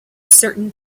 certain